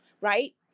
right